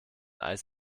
eis